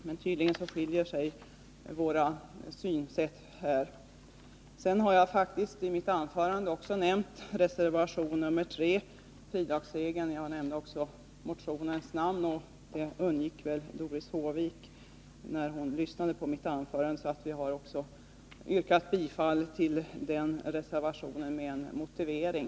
Men tydligen skiljer sig våra synsätt här. I mitt anförande nämnde jag faktiskt reservation nr 3 om fridagsregeln och även motionens nummer. Det undgick väl Doris Håvik när hon lyssnade på mitt anförande. Vi har alltså yrkat bifall till den reservationen med en motivering.